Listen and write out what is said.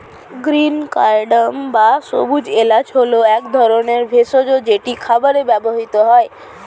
green cardamom বা সবুজ এলাচ হল এক ধরনের ভেষজ যেটি খাবারে ব্যবহৃত হয়